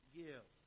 give